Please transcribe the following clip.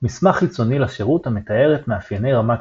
מסמך חיצוני לשירות המתאר את מאפייני רמת